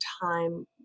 time